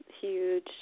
huge